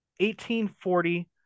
1840